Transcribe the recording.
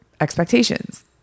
expectations